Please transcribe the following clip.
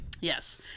Yes